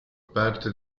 parte